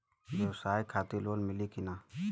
ब्यवसाय खातिर लोन मिली कि ना?